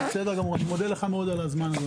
אני מודה לך מאוד על הזמן.